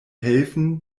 helfen